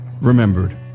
Remembered